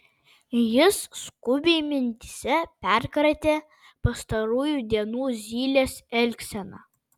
jis skubiai mintyse perkratė pastarųjų dienų zylės elgseną